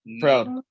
Proud